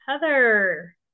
Heather